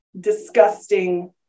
disgusting